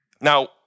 Now